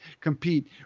compete